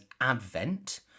Advent